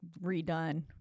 redone